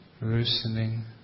loosening